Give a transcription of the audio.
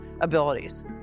abilities